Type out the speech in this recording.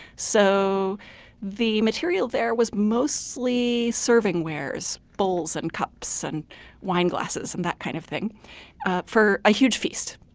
so the material there was mostly serving wares bowls, and cups, and wine glasses and that kind of thing for a huge feast.